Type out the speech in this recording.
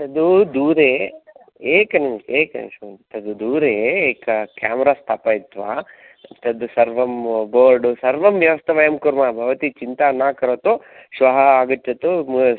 तद्दूरे एकनिमिषं एकनिमेषं तद्दूरे एकं केमरा स्थापयित्वा तत् सर्वं बोर्ड् सर्वं व्यवस्था वयं कुर्म भवति चिन्ता न करोतु श्व आगच्छतु